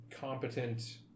competent